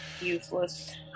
useless